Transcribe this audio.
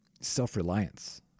self-reliance